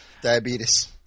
Diabetes